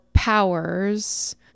powers